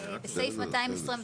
בסעיף 221,